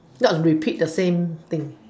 not repeat the same thing